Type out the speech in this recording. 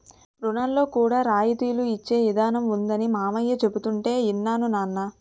రుణాల్లో కూడా రాయితీలు ఇచ్చే ఇదానం ఉందనీ మావయ్య చెబుతుంటే యిన్నాను నాన్నా